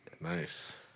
Nice